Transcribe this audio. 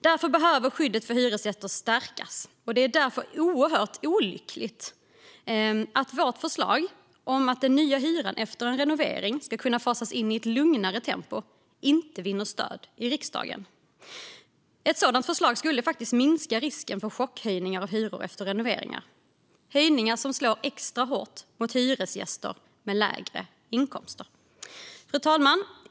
Därför behöver skyddet för hyresgäster stärkas, och därför är det oerhört olyckligt att vårt förslag om att den nya hyran efter en renovering ska kunna fasas in i ett lugnare tempo inte vinner stöd i riksdagen. Ett sådant förslag skulle minska risken för chockhöjningar av hyror efter renoveringar, höjningar som slår extra hårt mot hyresgäster med lägre inkomster. Fru talman!